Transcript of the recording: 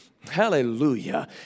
Hallelujah